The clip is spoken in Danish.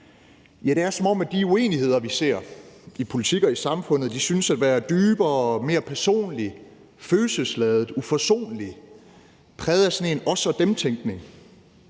Det er, som om de uenigheder, vi ser i politik og i samfundet, synes at være dybere og mere personlige, følelsesladede, uforsonlige, præget af sådan en os og dem-tænkning.